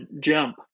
jump